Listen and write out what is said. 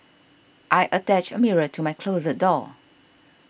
I attached mirror to my closet door